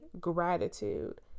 gratitude